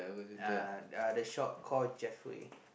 uh the shop call Jefri